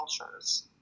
cultures